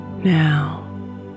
Now